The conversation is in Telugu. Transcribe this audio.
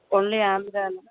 ఓన్లీ ఆంధ్రానే